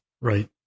Right